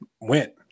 went